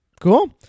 Cool